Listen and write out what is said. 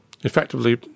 effectively